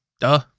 duh